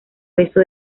beso